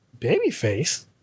Babyface